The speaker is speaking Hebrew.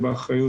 אבל יחד עם זאת,